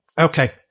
Okay